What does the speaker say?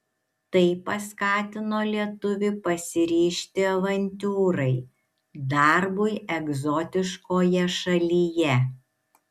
tai paskatino lietuvį pasiryžti avantiūrai darbui egzotiškoje šalyje